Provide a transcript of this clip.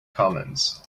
commons